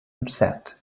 upset